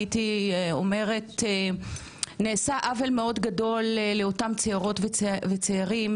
הייתי אומרת נעשה עוול מאוד גדול לאותם צעירות וצעירים,